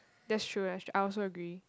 that's true eh I also agree